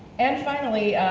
and finally,